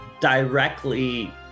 directly